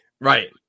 Right